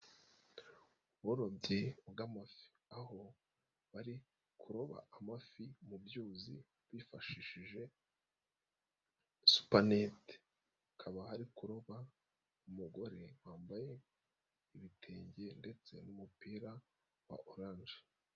Uburobyi bw'amafi aho bari kuroba amafi mu byuzi, bifashishije supanete, akaba ari kuroba umugore wambaye ibitenge ndetse n'umupira wa oranje.